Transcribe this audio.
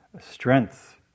strength